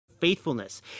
faithfulness